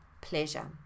pleasure